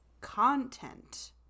content